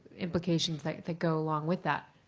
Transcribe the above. implications like that go along with that.